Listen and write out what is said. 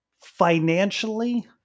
financially